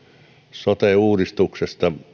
sote uudistuksesta